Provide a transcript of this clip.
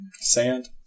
Sand